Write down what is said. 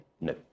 No